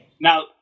Now-